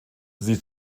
sie